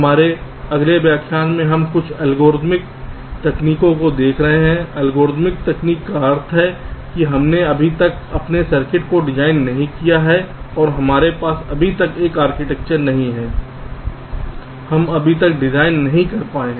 हमारे अगले व्याख्यान में हम कुछ एल्गोरिथ्मिक तकनीक को देख रहे हैं एल्गोरिथ्मिक तकनीक का अर्थ है कि हमने अभी तक अपने सर्किट को डिजाइन नहीं किया है हमारे पास अभी तक एक आर्किटेक्चर नहीं है हम अभी तक डिजाइन नहीं कर पाए हैं